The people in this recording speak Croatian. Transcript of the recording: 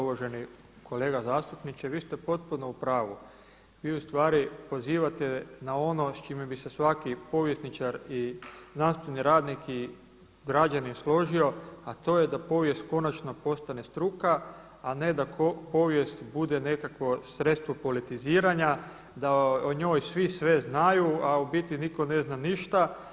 Uvaženi kolega zastupniče, vi ste potpuno u pravu, vi ustvari pozivate na ono s čime bi se svaki povjesničar i znanstveni radnik i građanin složio a to je da povijest konačno postane struka a ne da povijest bude nekakvo sredstvo politiziranja, da o njoj svi sve znaju a u biti nitko ne zna ništa.